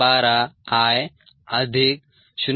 012 I 0